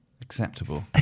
acceptable